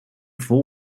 vol